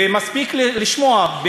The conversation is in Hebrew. ומספיק לשמוע,